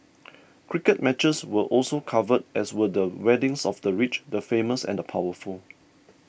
cricket matches were also covered as were the weddings of the rich the famous and the powerful